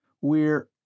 We're—